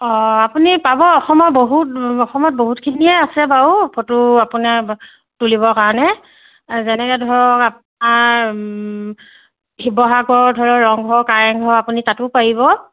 অঁ আপুনি পাব অসমৰ বহুত অসমত বহুতখিনিয়ে আছে বাৰু ফটো আপোনাৰ তুলিবৰ কাৰণে যেনেকৈ ধৰক আপোনাৰ শিৱসাগৰৰ ধৰক ৰংঘৰ কাৰেংঘৰ আপুনি তাতো পাৰিব